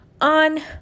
on